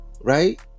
right